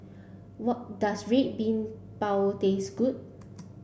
what does red bean bao taste good